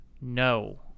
No